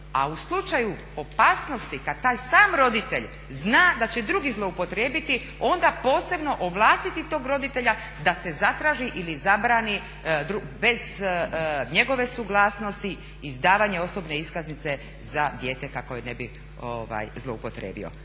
a u slučaju opasnosti kada taj sam roditelj zna da će drugi zloupotrijebiti onda posebno ovlastiti tog roditelja da se zatraži ili zabrani bez njegove suglasnosti izdavanje osobne iskaznice za dijete kako je ne bi zloupotrebio.